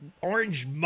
orange